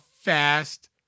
fast